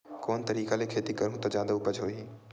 कोन तरीका ले खेती करहु त जादा उपज होही?